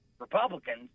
Republicans